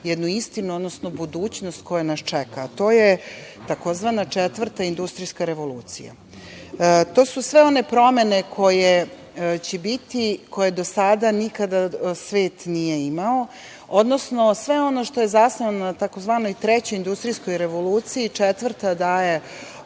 jednu istinu, odnosno budućnost koja nas čeka. To je tzv. četvrta industrijska revolucija. To su sve one promene koje će biti, koje do sada nikada svet nije imao, odnosno sve ono što je zasnovano na tzv. trećoj industrijskoj revoluciji, četvrta daje